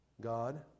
God